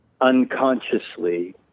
unconsciously